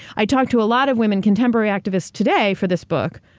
i talked to a lot of women, contemporary activists today for this book,